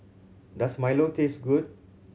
does milo taste good